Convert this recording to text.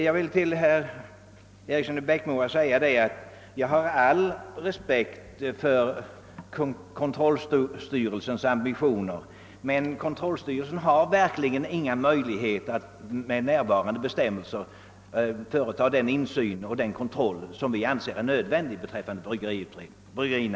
Jag vill till herr Eriksson i Bäckmora säga att jag har all respekt för kontrollstyrelsens ambitioner, men kontrollstyrelsen har verkligen inte med nuvarande bestämmelser den möjlighet till insyn och kontroll som vi anser nödvändig beträffande bryggerinäringen.